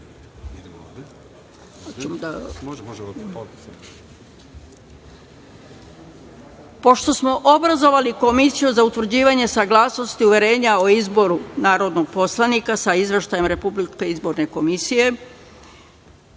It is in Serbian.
smo obrazovali Komisiju za utvrđivanje saglasnosti uverenja o izboru za narodnog poslanika sa Izveštajem Republičke izborne komisije